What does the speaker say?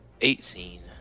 Eighteen